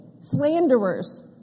slanderers